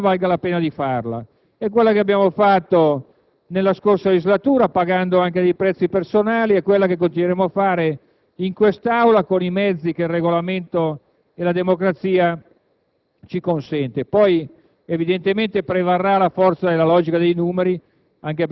questo modo di pensare. Siamo del parere che, se una battaglia è ritenuta giusta, vale la pena di farla; è quella che abbiamo fatto nella scorsa legislatura, pagando anche dei prezzi personali, ed è quella che continueremo a fare in quest'Aula con i mezzi che il Regolamento e la democrazia